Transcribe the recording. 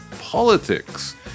politics